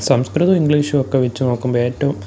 സംസ്കൃതവും ഇംഗ്ളീഷുമൊക്കെ വച്ച് നോക്കുമ്പം ഏറ്റവും